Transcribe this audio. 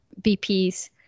BP's